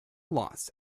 loss